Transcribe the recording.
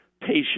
patient